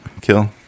kill